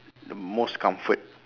the most comfort